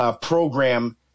program